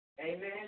Amen